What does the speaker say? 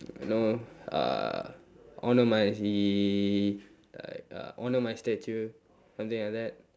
you know uh on to my he uh on to my statue something like that